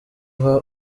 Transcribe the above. guha